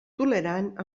tolerant